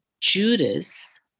Judas